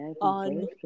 on